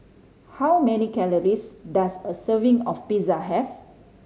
how many calories does a serving of Pizza have